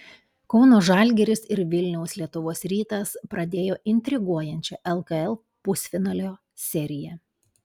kauno žalgiris ir vilniaus lietuvos rytas pradėjo intriguojančią lkl pusfinalio seriją